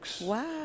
wow